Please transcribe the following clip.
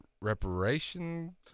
reparation